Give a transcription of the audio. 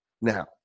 Now